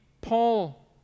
Paul